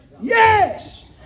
Yes